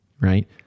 right